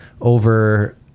over